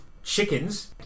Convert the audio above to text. chickens